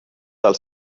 del